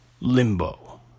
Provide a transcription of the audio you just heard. Limbo